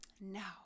now